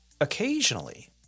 occasionally